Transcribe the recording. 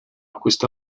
questa